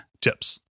tips